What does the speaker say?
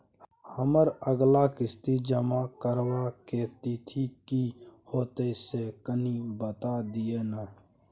हमर अगला किस्ती जमा करबा के तिथि की होतै से कनी बता दिय न?